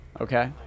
okay